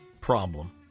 problem